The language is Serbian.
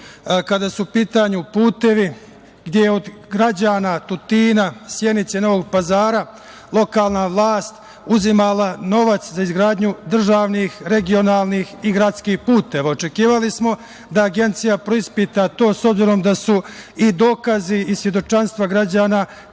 kada su u pitanju putevi, gde je od građana Tutina, Sjenice, Novog Pazara lokalna vlast uzimala novac za izgradnju državnih, regionalnih i gradskih puteva. Očekivali smo da Agencija preispita to, s obzirom da su dokazi i svedočanstva građana tim